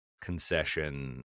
concession